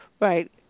right